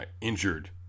injured